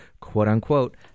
quote-unquote